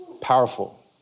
Powerful